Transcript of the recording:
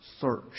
search